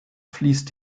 fließt